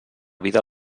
vida